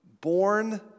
born